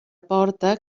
porta